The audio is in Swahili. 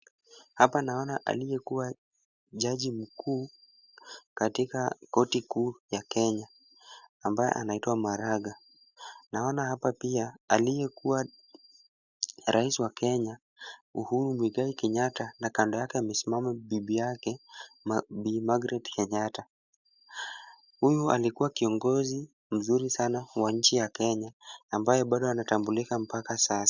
Hapa naona aliyekua jaji mkuu katika koti kuu ya Kenya, ambaye anaitwa maraga. Naona hapa pia aliyekua rais wa Kenya, Uhuru Muigai Kenyatta na kando yake amesimama bibi yake, Bi Margaret Kenyatta. Huyu alikua kiongozi mzuri sanaa wa nchi ya Kenya ambayo bado anatambulika mpaka sasa.